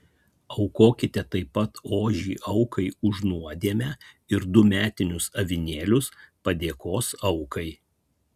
aukokite taip pat ožį aukai už nuodėmę ir du metinius avinėlius padėkos aukai